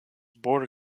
border